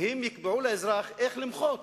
והם יקבעו לאזרח איך למחות,